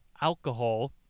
Alcohol